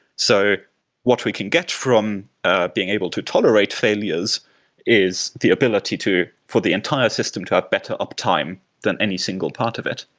so what we can get from being able to tolerate failures is the ability for the entire system to have better uptime than any single part of it.